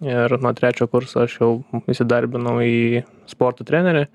ir nuo trečio kurso aš jau įsidarbinau į sporto trenerį